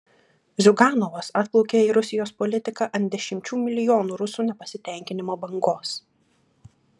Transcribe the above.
ziuganovas atplaukė į rusijos politiką ant dešimčių milijonų rusų nepasitenkinimo bangos